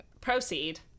Proceed